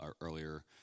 earlier